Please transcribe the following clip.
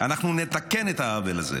אנחנו נתקן את העוול הזה.